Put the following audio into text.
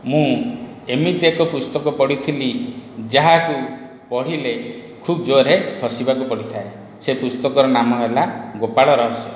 ମୁଁ ଏମିତି ଏକ ପୁସ୍ତକ ପଢ଼ିଥିଲି ଯାହାକୁ ପଢ଼ିଲେ ଖୁବ ଜୋରରେ ହସିବାକୁ ପଡ଼ିଥାଏ ସେ ପୁସ୍ତକର ନାମ ହେଲା ଗୋପାଳ ରହସ୍ୟ